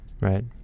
Right